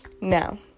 Now